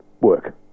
work